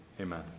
amen